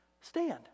Stand